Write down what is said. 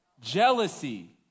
jealousy